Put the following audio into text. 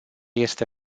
este